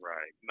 Right